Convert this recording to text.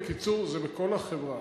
בקיצור, זה בכל החברה.